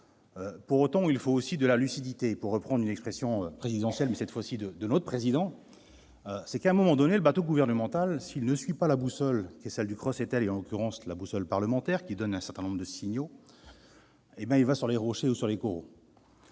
Pour autant, il faut aussi de la lucidité, pour reprendre une expression présidentielle, mais cette fois-ci de notre président, Gérard Larcher. À un moment donné, si le bateau gouvernemental ne suit pas la boussole, qui est celle du CROSS Étel et, en l'occurrence, la boussole parlementaire qui donne un certain nombre de signaux, il s'échoue sur les rochers ou sur les coraux.